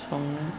संनो